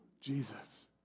Jesus